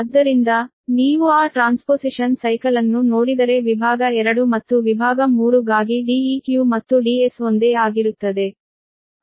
ಆದ್ದರಿಂದ ನೀವು ಆ ಟ್ರಾನ್ಸ್ಪೊಸಿಷನ್ ಸೈಕಲನ್ನು ನೋಡಿದರೆ ವಿಭಾಗ 2 ಮತ್ತು ವಿಭಾಗ 3 ಗಾಗಿ Deq ಮತ್ತು Ds ಒಂದೇ ಆಗಿರುತ್ತದೆ